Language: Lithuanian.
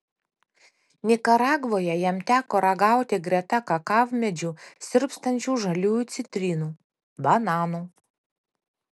nikaragvoje jam teko ragauti greta kakavmedžių sirpstančių žaliųjų citrinų bananų